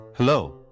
Hello